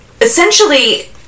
Essentially